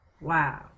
Wow